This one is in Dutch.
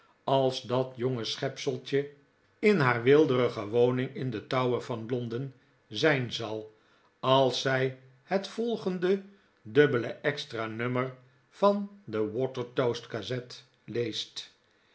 als dat jonge schepseltje in haar weelderige woning in den tower van londen zijn zal als zij het volgende dubbele extra nummer van de watertoast gazette leest